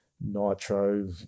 Nitro